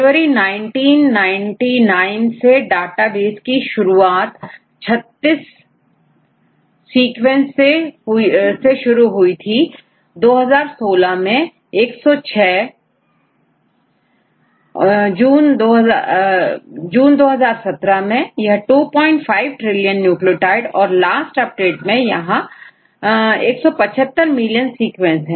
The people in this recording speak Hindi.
जनवरी 19 9 9 से डाटाबेस की शुरुआत हुई36 शुरू में थे 2016 में वन 06 जून 2017 में 25 ट्रिलियन न्यूक्लियोटाइड और लास्ट अपडेट में यह 175 मिलियन सीक्वेंस है